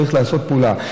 צריך לעשות פעולה.